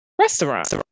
restaurant